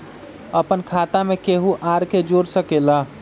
अपन खाता मे केहु आर के जोड़ सके ला?